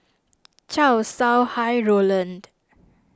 Chow Sau Hai Roland